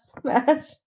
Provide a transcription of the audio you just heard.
Smash